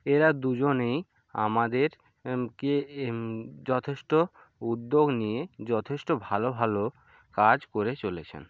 এরা দুজনেই আমাদের কে যথেষ্ট উদ্যোগ নিয়ে যথেষ্ট ভালো ভালো কাজ করে চলেছেন